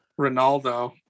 Ronaldo